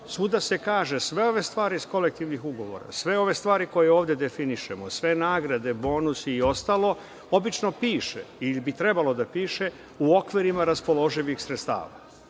Svuda se kaže da sve ove stvari iz kolektivnih ugovora, sve ove stvari koje ovde definišemo, sve nagrade, bonusi i ostalo, obično piše ili bi trebalo da piše u okvirima raspoloživih sredstava.